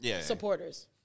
supporters